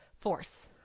force